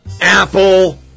Apple